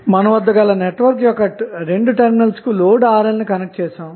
మనవద్ద గల నెట్వర్క్ యొక్క 2 టెర్మినల్స్ కు లోడ్ RLను కనెక్ట్ చేశాము